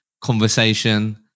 conversation